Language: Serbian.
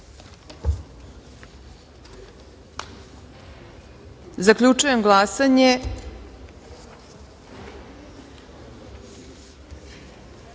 se. Zaključujem glasanje: